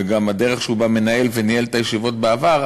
וגם הדרך שבה הוא מנהל וניהל את הישיבות בעבר,